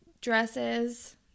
dresses